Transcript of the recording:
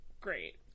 Great